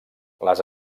les